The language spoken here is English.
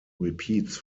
repeats